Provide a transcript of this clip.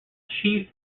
chief